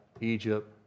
Egypt